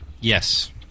Yes